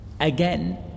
Again